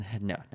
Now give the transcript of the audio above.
No